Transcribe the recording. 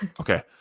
Okay